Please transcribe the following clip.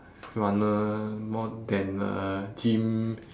runner more than uh gym